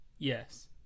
Yes